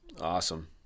Awesome